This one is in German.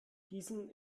diesen